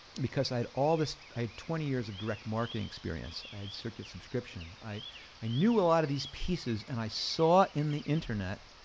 because i had all this, i had twenty years of direct marketing experience, i had circuit subscription. i i knew a lot of these pieces, and i saw it the internet,